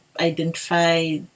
identify